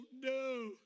no